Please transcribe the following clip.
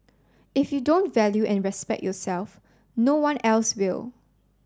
if you don't value and respect yourself no one else will